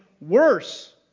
worse